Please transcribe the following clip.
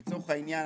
לצורך העניין,